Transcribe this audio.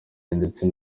ndetse